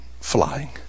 flying